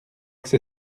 que